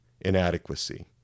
inadequacy